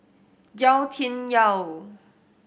Yau Tian Yau